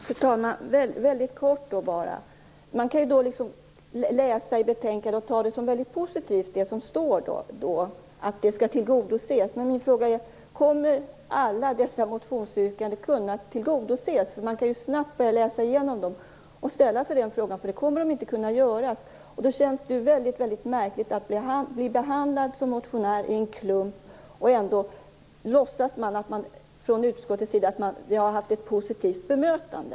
Fru talman! Jag vill då väldigt kort påpeka att man kan läsa i betänkandet och ta det som positivt det som står där, nämligen att det som tas upp i motionerna skall tillgodoses. Men min fråga är: Kommer alla dessa motionsyrkanden att kunna tillgodoses? Man kan ju snabbt läsa igenom dem och ställa sig denna fråga. Svaret är att de inte kommer att kunna tillgodoses. Det känns väldigt märkligt att som motionär bli behandlad som en del av en klump, samtidigt som man från utskottets sida låtsas som om man har givit motionerna ett positivt bemötande.